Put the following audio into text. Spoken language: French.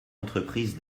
entreprise